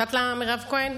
את יודעת למה, מירב כהן?